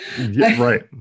Right